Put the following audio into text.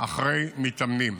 אחרי מתאמנים.